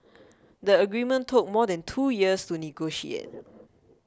the agreement took more than two years to negotiate